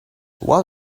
what